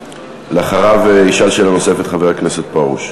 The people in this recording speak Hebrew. אחריו ישאל שאלה נוספת חבר הכנסת פרוש.